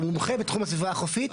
מומחה בתחום הסביבה החופית,